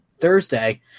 Thursday